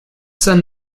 send